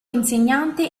insegnante